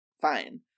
fine